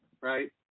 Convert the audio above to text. right